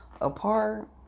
apart